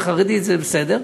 וחרדי זה בסדר,